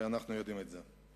הרי אנחנו יודעים את זה.